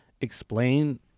explain –